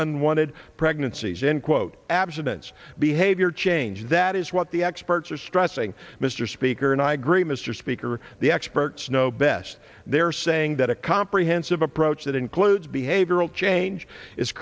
unwanted pregnancies in quote abstinence behavior change that is what the experts are stressing mr speaker and i agree mr speaker the experts know best they're saying that a comprehensive approach that includes behavioral change is